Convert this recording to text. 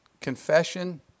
Confession